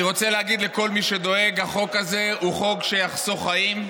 אני רוצה להגיד לכל מי שדואג: החוק הזה הוא חוק שיחסוך חיים.